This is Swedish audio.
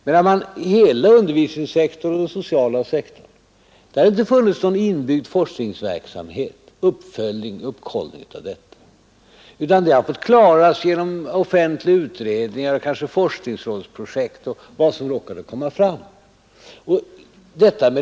Men inom hela undervisningssektorn och den sociala sektorn har det inte funnits någon inbyggd forskningsverksamhet med uppföljning och kontroll, utan problemen har fått klaras genom offentliga utredningar, kanske forskningsrådsprojekt och vad som råkat komma fram.